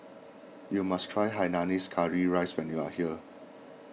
you must try Hainanese Curry Rice when you are here